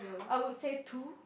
I would say two